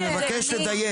אני מבקש לדייק.